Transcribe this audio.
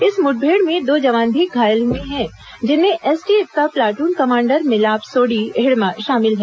इस मुठभेड़ में दो जवान भी घायल हए हैं जिनमें एसटीएफ का प्लाट्न कमांडर मिलाप सोडी हिड़मा शामिल हैं